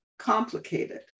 Complicated